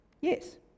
Yes